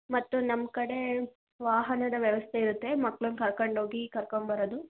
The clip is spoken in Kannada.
ಮತ್ತು ನಮ್ಮ ಕಡೆ ವಾಹನದ ವ್ಯವಸ್ಥೆ ಇರುತ್ತೆ ಮಕ್ಳನ್ನ ಕರ್ಕೊಂಡೋಗಿ ಕರ್ಕೊಂಬರೋದು